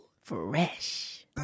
Fresh